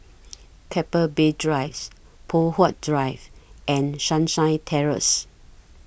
Keppel Bay Drives Poh Huat Drive and Sunshine Terrace